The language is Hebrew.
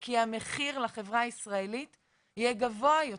כי המחיר לחברה הישראלית יהיה גבוה יותר,